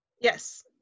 Yes